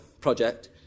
project